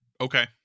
Okay